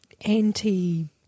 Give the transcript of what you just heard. anti